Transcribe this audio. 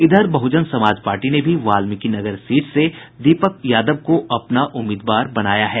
इधर बहुजन समाज पार्टी ने भी वाल्मीकिनगर सीट से दीपक यादव को अपना उम्मीदवार बनाया है